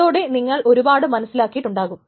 അതോടെ നിങ്ങൾ ഒരുപാട് മനസ്സിലാക്കിയിട്ട് ഉണ്ടാകും